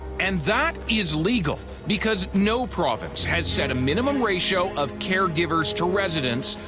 and that is legal because no province has set a minimum ratio of care givers to residents,